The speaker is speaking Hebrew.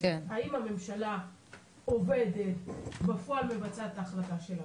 האם הממשלה עובדת ובפועל מבצעת את ההחלטה שלה,